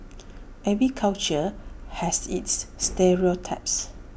every culture has its stereotypes